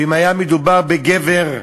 ואם היה מדובר בגבר,